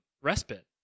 respite